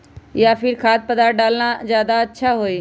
या फिर खाद्य पदार्थ डालना ज्यादा अच्छा होई?